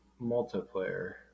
multiplayer